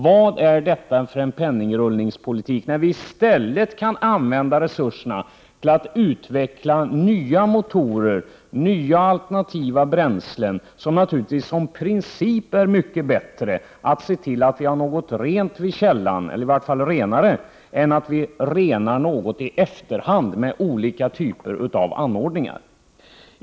Vad är detta för penningrullningspolitik, när vi i stället kan använda resurserna för att utveckla nya motorer och alternativa bränslen? Naturligtvis är det som princip mycket bättre att se till att vi har något rent vid källan, eller i varje fall renare, än att vi renar något i efterhand med olika typer av anordningar.